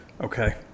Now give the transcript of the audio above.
Okay